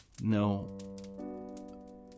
No